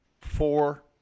four